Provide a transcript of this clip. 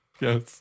Yes